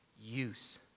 use